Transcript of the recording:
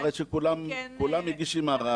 הם כן --- את רואה הרי שכולם מגישים ערר,